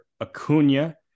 Acuna